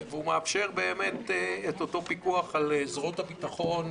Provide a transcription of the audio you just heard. והוא מאפשר באמת את אותו פיקוח על זרועות הביטחון,